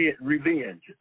revenge